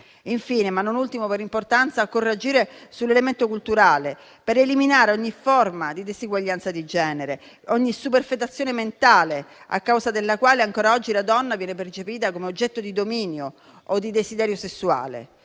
ultimo, ma non per importanza, occorre agire sull'elemento culturale per eliminare ogni forma di disuguaglianza di genere, ogni superfetazione mentale a causa della quale ancora oggi la donna viene percepita come oggetto di dominio o di desiderio sessuale.